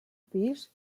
pis